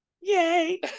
Yay